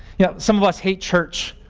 yeah some of us hate church